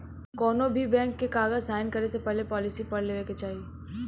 कौनोभी बैंक के कागज़ साइन करे से पहले पॉलिसी पढ़ लेवे के चाही